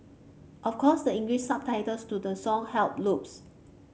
of course the English subtitles to the song helped loads